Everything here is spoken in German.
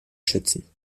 schützen